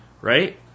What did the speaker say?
Right